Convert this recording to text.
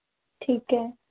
ਠੀਕ ਹੈ